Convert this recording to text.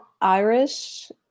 Irish